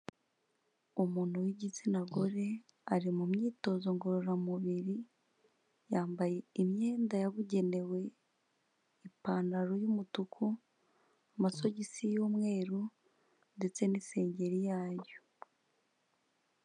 Umuntu w'igitsina gore ari mu myitozo ngororamubiri, yambaye imyenda yabugenewe ipantaro y'umutuku, amasogisi y'umweru ndetse n'isengeri yayo.